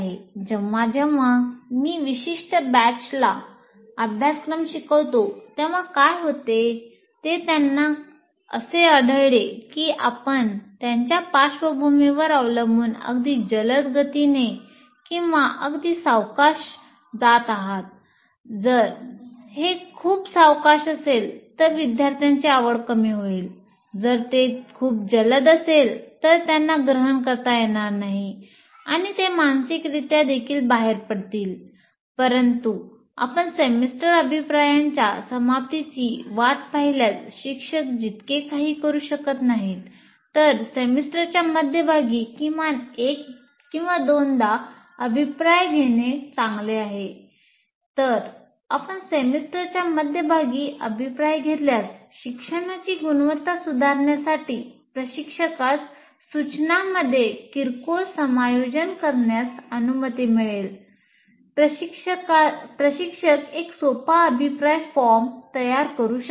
जेव्हा जेव्हा मी विशिष्ट बॅचला तयार करू शकतात